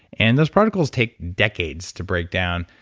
and those particles take decades to break down,